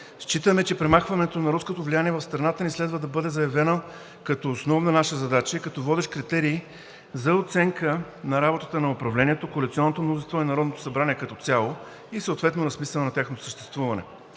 Считаме, че премахването на руското влияние в страната ни следва да бъде заявено като основна наша задача и като водещ критерий за оценка на работата на управлението, коалиционното мнозинство и Народното събрание като цяло и съответно на смисъла на тяхното съществуване.